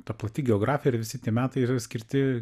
ta pati geografija ir visi tie metai yra skirti